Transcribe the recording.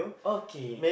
okay